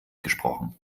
gesprochen